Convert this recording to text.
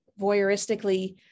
voyeuristically